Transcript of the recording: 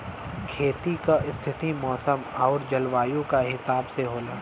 खेती क स्थिति मौसम आउर जलवायु क हिसाब से होला